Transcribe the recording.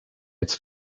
its